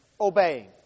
obeying